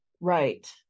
right